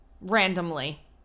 randomly